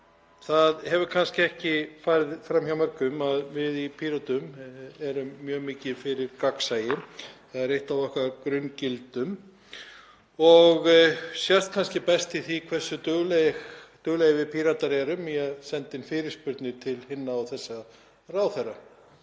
Það hefur kannski ekki farið fram hjá mörgum að við í Pírötum eru mjög mikið fyrir gagnsæi, það er eitt af okkar grunngildum og sést kannski best í því hversu duglegir við Píratar erum í að senda fyrirspurnir til hinna og þessara ráðherra.